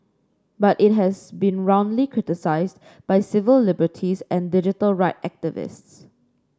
but it has been roundly criticised by civil liberties and digital right activists